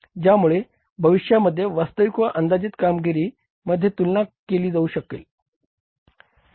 ज्यामुळे भविष्यामध्ये वास्तविक व अंदाजित कामगिरी मध्ये तुलना केली जाऊ शकेल